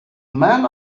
men